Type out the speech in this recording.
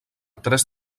tres